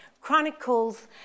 chronicles